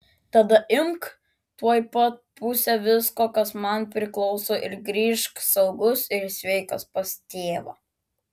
tada imk tuoj pat pusę visko kas man priklauso ir grįžk saugus ir sveikas pas tėvą